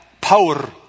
power